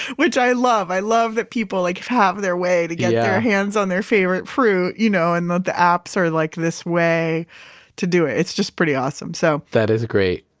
which i love, i love that people like have their way to get yeah their hands on their favorite fruit, you know and that the apps are like this way to do it. it's just pretty awesome so that is great.